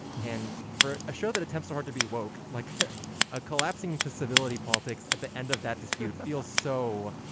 and for a show that attempts are to be woak like a collapsing into civility, politics at the end of that dispute feels so,